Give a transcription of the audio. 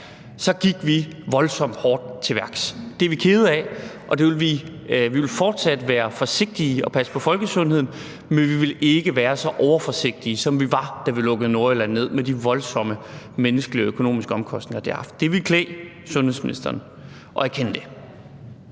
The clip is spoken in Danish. nu, gik vi voldsomt hårdt til værks, og det er vi kede af; vi vil fortsat være forsigtige og passe på folkesundheden, men vi vil ikke være så overforsigtige, som vi var, da vi lukkede Nordjylland ned, med de voldsomme menneskelige og økonomiske omkostninger, som det har haft. Det ville klæde sundhedsministeren at erkende det.